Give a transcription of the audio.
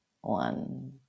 one